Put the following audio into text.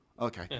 okay